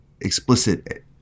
explicit